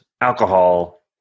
alcohol